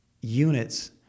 units